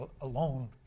alone